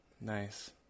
Nice